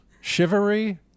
chivalry